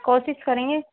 कोशिश करेंगे